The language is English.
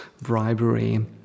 bribery